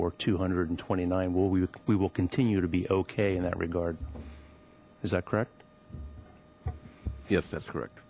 or two hundred and twenty nine well we will continue to be okay in that regard is that correct yes that's